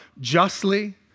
justly